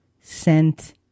sent